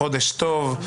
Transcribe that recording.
חודש טוב,